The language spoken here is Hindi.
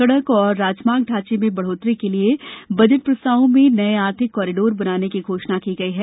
सडक और राजमार्ग ढांचे में बढोतरी के लिए बजट प्रस्तावों में नये आर्थिक कॉरीडोर बनाने की घोषणा की गई है